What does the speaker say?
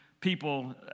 People